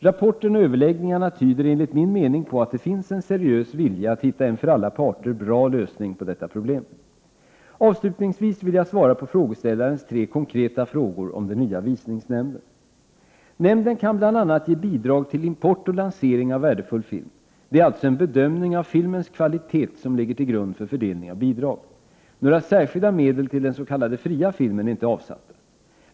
Rapporten och överläggningarna tyder enligt min mening på att det finns en seriös vilja att hitta en för alla parter bra lösning på detta problem. Avslutningsvis vill jag svara på frågeställarens tre konkreta frågor om den nya Visningsnämnden. Nämnden kan bl.a. ge bidrag till import och lansering av värdefull film. Det är alltså en bedömning av filmens kvalitet som ligger till grund för fördelning av bidrag. Några särskilda medel till den s.k. fria filmen är inte avsatta.